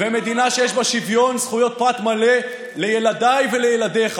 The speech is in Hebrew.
זו מדינה שיש בה שוויון זכויות פרט מלא לילדיי ולילדיך,